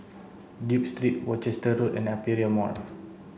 Duke Street Worcester Road and Aperia Mall